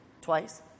Twice